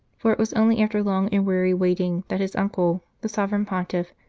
for it was only after long and weary waiting that his uncle, the sovereign pontiff,